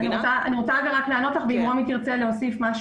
אני רוצה לענות לך ואולי רומי תרצה להוסיף.